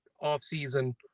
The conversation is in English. off-season